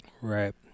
right